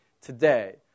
today